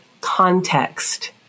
context